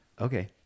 Okay